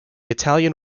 italian